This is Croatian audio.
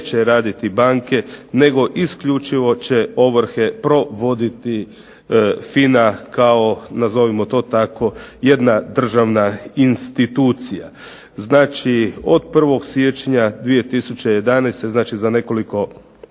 neće raditi banke, nego isključivo će ovrhe provoditi FINA kao nazovimo to tako jedna državna institucija. Znači, od 1. siječnja 2011.,